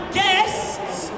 guests